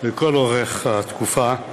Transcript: לכל אורך התקופה.